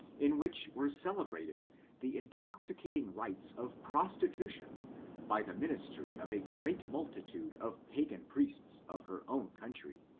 in which were celebrated the intoxicating rites of prostitution by the ministry of a great multitude of pagan priests of her own country.